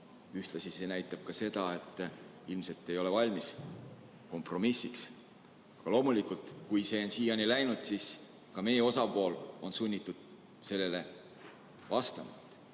ühtlasi see näitab ka seda, et ilmselt te ei ole valmis kompromissiks. Loomulikult, kui see on siiani nii läinud, siis ka meie osapool on sunnitud sellele vastama.